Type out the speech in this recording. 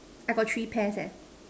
I got three pairs eh